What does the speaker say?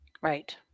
Right